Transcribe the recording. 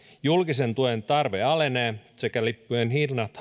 julkisen tuen tarve alenee sekä lippujen hinnat